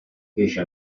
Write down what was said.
fece